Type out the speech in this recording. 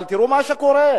אבל תראו מה שקורה.